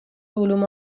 علوم